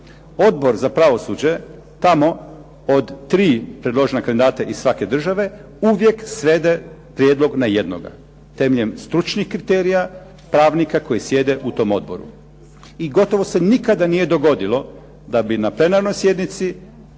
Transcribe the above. Odbor za pravosuđe tamo od tri predložena kandidata iz svake države uvijek svede prijedlog na jednoga, temeljem stručnih kriterija, pravnika koji sjede u tom odboru. I gotovo se nikada nije dogodilo da bi na plenarnoj sjednici